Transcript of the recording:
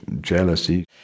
jealousy